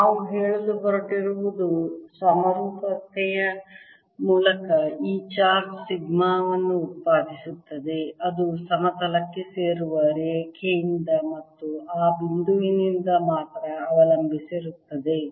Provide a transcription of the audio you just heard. ನಾವು ಹೇಳಲು ಹೊರಟಿರುವುದು ಸಮರೂಪತೆಯ ಮೂಲಕ ಈ ಚಾರ್ಜ್ ಸಿಗ್ಮಾ ವನ್ನು ಉತ್ಪಾದಿಸುತ್ತದೆ ಅದು ಸಮತಲಕ್ಕೆ ಸೇರುವ ರೇಖೆಯಿಂದ ಮತ್ತು ಆ ಬಿಂದುವಿನಿಂದ ಮಾತ್ರ ಅವಲಂಬಿಸಿರುತ್ತದೆ